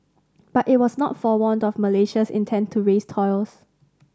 but it was not forewarned of Malaysia's intent to raise tolls